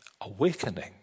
Awakening